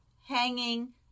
hanging